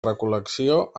recol·lecció